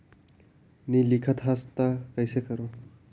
नी लिखत हस ता कइसे करू?